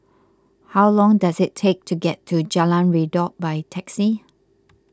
how long does it take to get to Jalan Redop by taxi